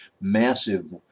massive